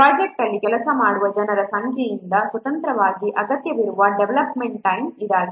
project ಅಲ್ಲಿ ಕೆಲಸ ಮಾಡುವ ಜನರ ಸಂಖ್ಯೆಯಿಂದ ಸ್ವತಂತ್ರವಾಗಿ ಅಗತ್ಯವಿರುವ ಡೆವಲಪ್ಮೆಂಟ್ ಟೈಮ್ ಇದಾಗಿದೆ